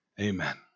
Amen